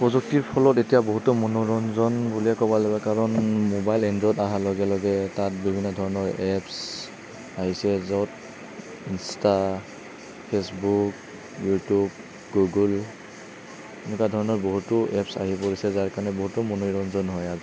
প্ৰযুক্তিৰ ফলত এতিয়া বহুতো মনোৰঞ্জন বুলিয়ে ক'ব লাগিব কাৰণ মোবাইল এণড্ৰইড অহাৰ লগে লগে তাত বিভিন্ন ধৰণৰ এপ্ছ আহিছে য'ত ইন্ষ্টা ফেচবুক ইউটিউব গুগ'ল এনেকুৱা ধৰণৰ বহুতো এপ্ছ আহি পৰিছে যাৰ কাৰণে বহুতো মনোৰঞ্জন হয় আৰু